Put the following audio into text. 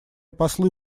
послы